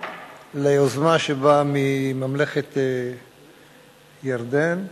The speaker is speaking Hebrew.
ליוזמה שבאה מממלכת ירדן,